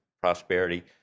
prosperity